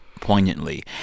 poignantly